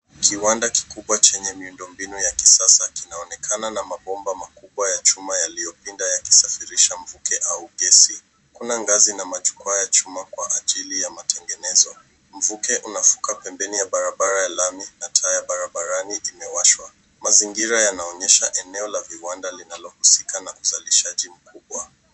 Kiwanda kikubwa chenye miundo mbinu ya kisasa kinaonekna na mabomba makubwa ya chuma yaliyopinda yakisafirisha mvuke au gesi. Kuna ngazi na majukwaa ya chuma Kwa ajili ya kutengenezwa. Mvuke unavuka pembeni ya barabara ya lami na taa ya barabarani imewashwa. Mazingira yanaonyesha eneo la vibanda linalohusikanna uzalishaji mkubwa.